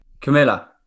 Camilla